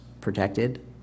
protected